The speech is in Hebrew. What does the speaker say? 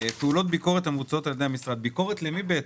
פעולות ביקורת המבוצעות על-ידי המשרד - ביקורת למי?